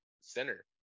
center